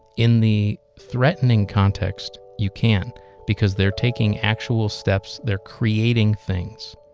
in the threatening context, you can because they're taking actual steps. they're creating things.